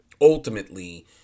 ultimately